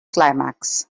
climax